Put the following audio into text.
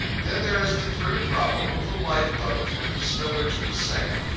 then there is the pretty problem of the life-boat and the stowage of the same.